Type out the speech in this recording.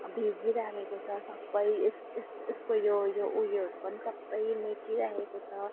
भिजिरहेको छ सबै यसको यो ऊ योहरू पनि सबै मेटिराखेको छ